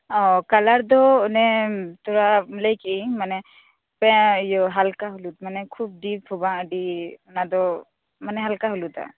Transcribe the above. colour ᱫᱚ ᱚᱱᱮ ᱛᱷᱚᱲᱟ ᱞᱟᱹᱭ ᱠᱮᱜ ᱤᱧ ᱢᱟᱱᱮ ᱯᱮᱱ ᱤᱭᱟᱹ ᱦᱟᱞᱠᱟ ᱦᱚᱞᱩᱫᱽ ᱢᱟᱱᱮ ᱠᱷᱩᱵᱽ ᱰᱤᱯ ᱦᱚᱸ ᱵᱟᱝ ᱟᱰᱤ ᱚᱱᱟ ᱫᱚ ᱢᱟᱱᱮ ᱦᱟᱞᱠᱟ ᱦᱚᱞᱩᱫᱟᱜ